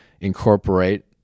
incorporate